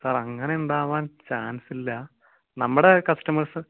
sir അങ്ങനെയുണ്ടാവാൻ ചാൻസില്ല നമ്മുടെ കസ്റ്റമേഴ്സ്